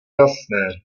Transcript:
jasné